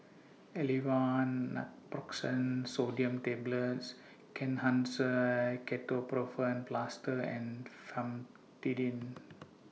Aleve Naproxen Sodium Tablets Kenhancer Ketoprofen Plaster and Famotidine